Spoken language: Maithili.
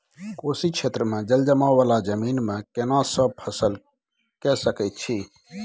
कोशी क्षेत्र मे जलजमाव वाला जमीन मे केना सब फसल के सकय छी?